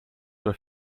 were